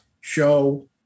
show